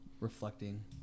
reflecting